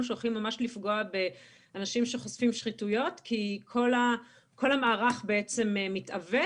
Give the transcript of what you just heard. שהולכים ממש לפגוע באנשים שחושפים שחיתויות כי כל המערך בעצם מתעוות